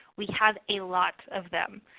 we have a lot of them.